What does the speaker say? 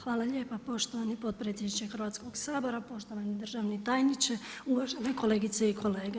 Hvala lijepa poštovani potpredsjedniče Hrvatskog sabora, poštovani državni tajniče, uvažene kolegice i kolege.